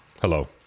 Hello